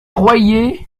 royer